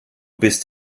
bist